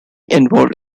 involved